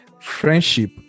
friendship